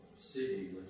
city